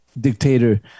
dictator